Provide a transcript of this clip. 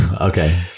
Okay